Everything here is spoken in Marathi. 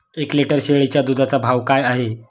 एक लिटर शेळीच्या दुधाचा भाव काय आहे?